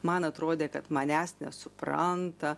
man atrodė kad manęs nesupranta